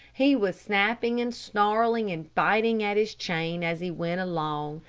he was snapping and snarling and biting at his chain as he went along,